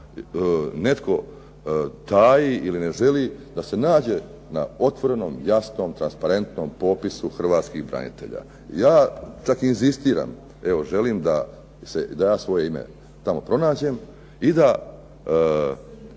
netko taji ili ne želi da se nađe na otvorenom, jasnom, transparentnom popisu hrvatskih branitelja. Ja čak inzistiram, evo želim da ja svoje ime tamo pronađem i da